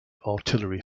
artillery